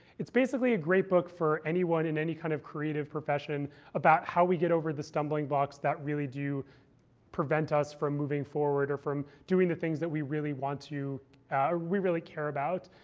it's basically a great book for anyone in any kind of creative profession about how we get over the stumbling blocks that really do prevent us from moving forward or from doing the things that we really want to or we really care about.